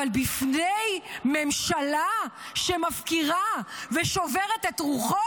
אבל בפני ממשלה שמפקירה ושוברת את רוחו,